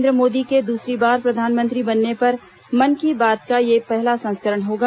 नरेन्द्र मोदी के दूसरी बार प्रधानमंत्री बनने पर मन की बात का यह पहला संस्करण होगा